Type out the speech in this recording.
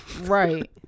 Right